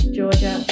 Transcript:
Georgia